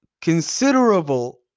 considerable